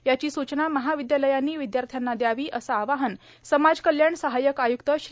याची स्चना महाविद्यालयांनी विद्यार्थ्यांना द्यावी असे आवाहन समाज कल्याण सहायक आयुक्त श्री